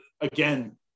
again